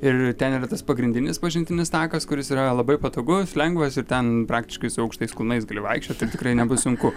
ir ten yra tas pagrindinis pažintinis takas kuris yra labai patogus lengvas ir ten praktiškai su aukštais kulnais gali vaikščiot tai tikrai nebus sunku